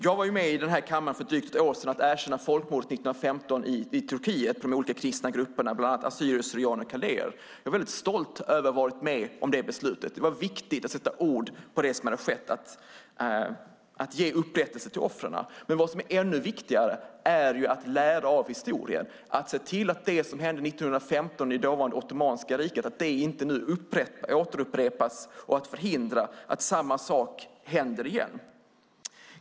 Jag var med i denna kammare för drygt ett år sedan att erkänna folkmordet 1915 i Turkiet på de olika kristna grupperna, bland annat assyrier kaldéer. Jag är väldigt stolt över att ha varit med om det beslutet. Det var viktigt att sätta ord på det som hade skett och ge upprättelse till offren. Vad som är ännu viktigare är att lära av historien, att se till att det som hände 1915 i det som var det ottomanska riket inte upprepas, att förhindra att samma sak händer igen.